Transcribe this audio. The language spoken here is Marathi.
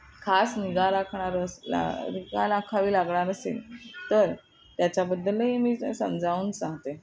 खास निगा राखणारं असं ला निगा राखावी लागणार असेल तर त्याच्याबद्दलही मी समजावून सांगते